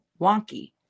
wonky